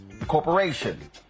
Corporation